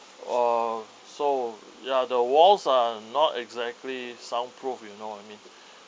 uh so ya the walls are not exactly soundproof you know what I mean